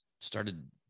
started